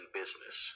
business